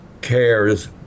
cares